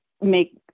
make